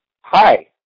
Hi